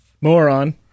Moron